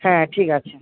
হ্যাঁ ঠিক আছে